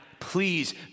Please